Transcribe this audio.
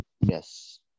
Yes